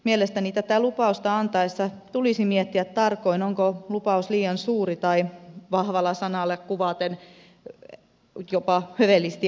mielestäni tätä lupausta antaessa tulisi miettiä tarkoin onko lupaus liian suuri tai vahvalla sanalla kuvaten jopa hövelisti annettu